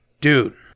Dude